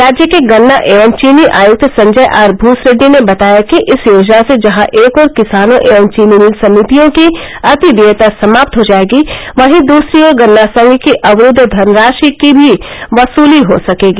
राज्य के गन्ना एवं चीनी आयुक्त संजय आर भूसरेड्डी ने बताया कि इस योजना से जहां एक ओर किसानों एवं चीनी मिल समितियों की अतिदेयता समाप्त हो जायेगी वहीं दूसरी ओर गन्ना संघ की अवरूद्व धनराषि की वसूली भी हो सकेगी